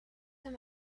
him